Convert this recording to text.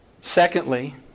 Secondly